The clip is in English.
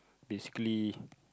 basically